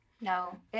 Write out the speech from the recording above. No